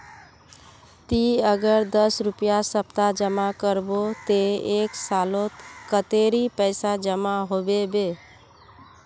ती अगर दस रुपया सप्ताह जमा करबो ते एक सालोत कतेरी पैसा जमा होबे बे?